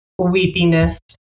weepiness